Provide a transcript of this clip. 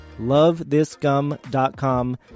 lovethisgum.com